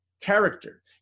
character